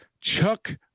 Chuck